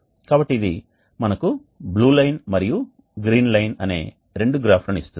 కాబట్టి ఇది మనకు బ్లూ లైన్ మరియు గ్రీన్ లైన్ అనే రెండు గ్రాఫ్లను ఇస్తుంది